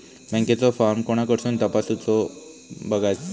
बँकेचो फार्म कोणाकडसून तपासूच बगायचा?